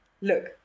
Look